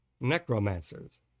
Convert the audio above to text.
necromancers